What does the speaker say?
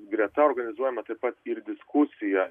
greta organizuojama taip pat ir diskusija